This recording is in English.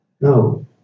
No